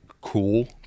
cool